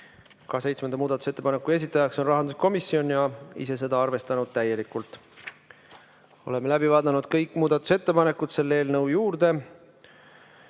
muudatusettepaneku esitaja on rahanduskomisjon ja on ise seda arvestanud täielikult. Oleme läbi vaadanud kõik muudatusettepanekud selle eelnõu kohta.